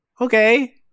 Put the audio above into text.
okay